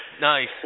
Nice